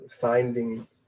finding